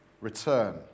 return